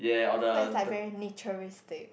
so it's like very naturistic